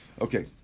Okay